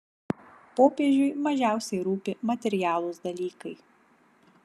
popiežiui mažiausiai rūpi materialūs dalykai